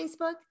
Facebook